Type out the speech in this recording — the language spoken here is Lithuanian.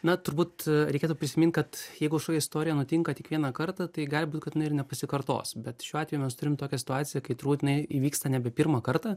na turbūt reikėtų prisimint kad jeigu kažkokia istorija nutinka tik vieną kartą tai gali būt kad jinai ir nepasikartos bet šiuo atveju mes turim tokią situaciją kai turbūt jinai įvyksta nebe pirmą kartą